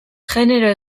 genero